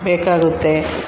ಬೇಕಾಗುತ್ತೆ